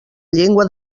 llengua